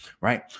Right